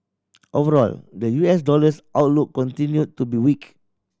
overall the U S dollar's outlook continued to be weak